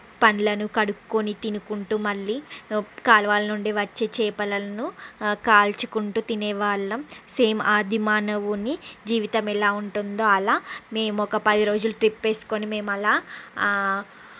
పండ్లను కడుక్కుని తినుకుంటూ మళ్ళీ కాలువల నుండి వచ్చే చేపలలను కాల్చుకుంటూ తినేవాళ్ళం సేమ్ ఆదిమానవుని జీవితం ఎలా ఉంటుందో అలా మేము ఒక పది రోజులు ట్రిప్ వేసుకుని మేము అలా